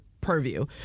purview